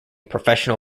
professional